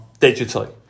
digitally